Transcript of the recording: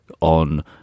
on